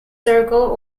circle